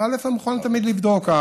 אני מוכן תמיד לבדוק.